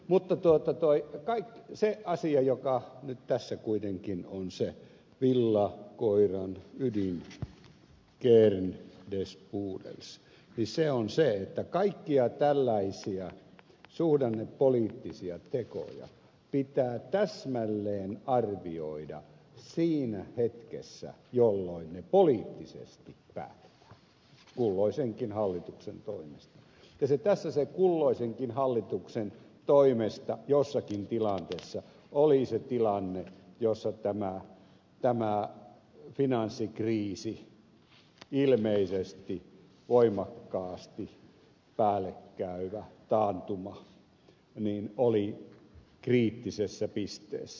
mutta se asia joka nyt tässä kuitenkin on se villakoiran ydin kern des pudels on se että kaikkia tällaisia suhdannepoliittisia tekoja pitää täsmälleen arvioida siinä hetkessä jolloin ne poliittisesti päätetään kulloisenkin hallituksen toimesta ja tässä se kulloisenkin hallituksen toimesta jossakin tilanteessa oli se tilanne jossa tämä finanssikriisi ilmeisesti voimakkaasti päälle käyvä taantuma oli kriittisessä pisteessä